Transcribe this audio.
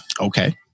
Okay